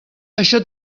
això